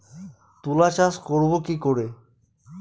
তুলা চাষ করব কি করে?